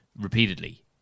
repeatedly